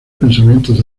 pensamientos